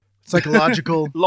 Psychological